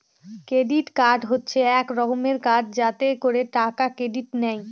credit card হচ্ছে এক রকমের কার্ড যাতে করে টাকা ক্রেডিট নেয়